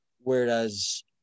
whereas